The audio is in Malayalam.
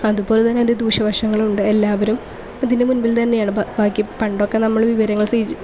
അതുപോലെ തന്നെ അതിൻ്റെ ദൂശ്യവശങ്ങളും ഉണ്ട് എല്ലാവരും അതിൻ്റെ മുമ്പിൽ തന്നെയാണ് പണ്ടൊക്കെ നമ്മൾ വിവരങ്ങൾ